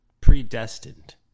predestined